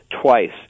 twice